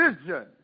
Vision